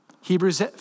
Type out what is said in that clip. Hebrews